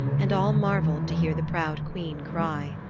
and all marveled to hear the proud queen cry.